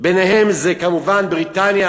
ביניהן כמובן בריטניה,